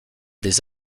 des